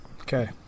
Okay